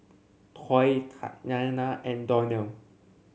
Toy Tatyanna and Donnell